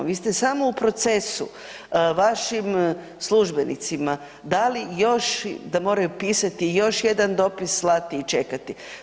Vi ste samo u procesu vašim službenicima dali još da moraju pisati još jedan dopis, slati i čekati.